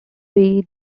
ray